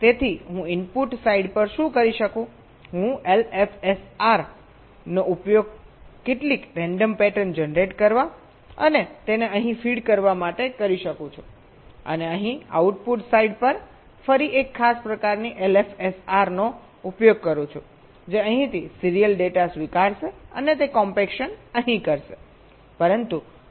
તેથી હું input side પર શું કરી શકું હું એલએફએસઆરનો ઉપયોગ કેટલીક રેન્ડમ પેટર્ન જનરેટ કરવા અને તેને અહીં ફીડ કરવા માટે કરી શકું છું અને અહીં આઉટપુટ સાઇડ પર ફરી એક ખાસ પ્રકારની એલએફએસઆરનો ઉપયોગ કરું છું જે અહીંથી સીરીયલ ડેટા સ્વીકારશે અને તે કોમ્પેક્શન અહીં કરશે